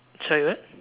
sorry what